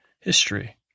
History